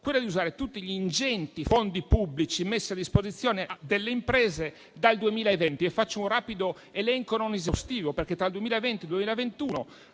quella di usare tutti gli ingenti fondi pubblici messi a disposizione delle imprese dal 2020. Ne faccio un rapido elenco, non esaustivo, perché tra il 2020 e il 2021